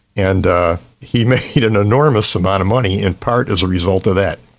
and he made an enormous amount of money in part as a result of that.